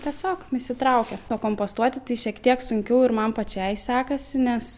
tiesiog įsitraukė o kompostuoti tai šiek tiek sunkiau ir man pačiai sekasi nes